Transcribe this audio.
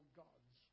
gods